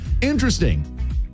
interesting